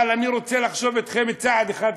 אבל אני רוצה לחשוב אתכם צעד אחד קדימה.